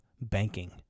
banking